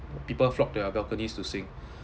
people flock their balconies to sing